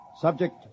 Subject